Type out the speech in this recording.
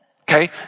Okay